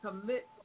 commit